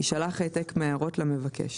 ישלח העתק מההערות למבקש.